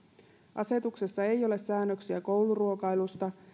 asetuksessa ei ole säännöksiä kouluruokailusta